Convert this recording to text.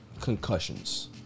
concussions